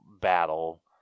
battle